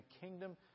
kingdom